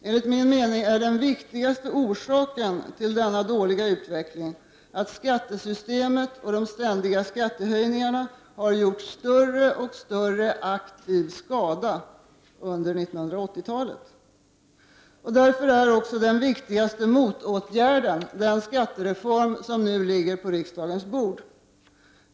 Enligt min mening är den viktigaste orsaken till denna dåliga utveckling att skattesystemet och de ständiga skattehöjningarna har gjort större och större aktiv skada under 1980-talet. Därför är också den viktigaste motåtgärden den skattereform som nu ligger på riksdagens bord.